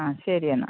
ആ ശരി എന്നാൽ